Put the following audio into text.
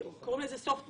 קוראים לזה Soft money.